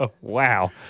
Wow